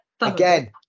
again